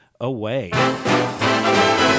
away